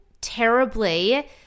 terribly